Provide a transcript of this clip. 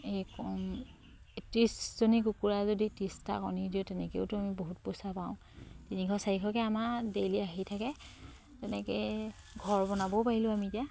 এই কম ত্ৰিছজনী কুকুৰা যদি ত্ৰিছটা কণী দিওঁ তেনেকেওতো আমি বহুত পইচা পাওঁ তিনিশ চাৰিশকে আমাৰ ডেইলি আহি থাকে তেনেকে ঘৰ বনাবও পাৰিলোঁ আমি এতিয়া